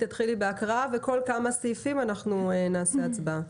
תתחילי בהקראה וכל כמה סעיפים אנחנו נעשה הצבעה.